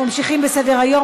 אנחנו ממשיכים בסדר-היום,